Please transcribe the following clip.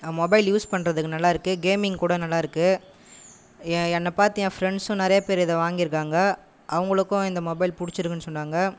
mobile use பண்ணுறதுக்கு நல்லா இருக்குது கேமிங் கூட நல்லா இருக்குது என்னைப் பார்த்து என் ஃப்ரெண்ட்ஸும் நிறைய பேர் இதை வாங்கியிருக்காங்க அவர்களுக்கும் இந்த மொபைல் பிடிச்சிருக்குன்னு சொன்னாங்க